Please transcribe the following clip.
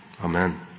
Amen